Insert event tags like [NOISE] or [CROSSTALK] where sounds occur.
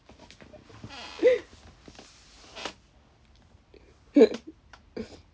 [LAUGHS]